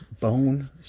bone